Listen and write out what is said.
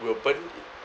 will burn